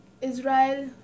Israel